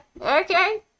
okay